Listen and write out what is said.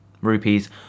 Rupees